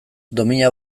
domina